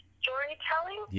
storytelling